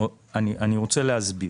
אני רוצה להסביר.